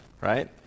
Right